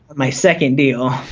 my second deal.